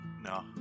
no